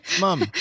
Mom